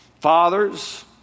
Fathers